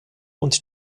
und